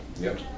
Yes